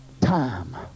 time